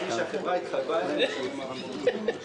כפי שהחברה התחייבה עליהן בשנים האחרונות.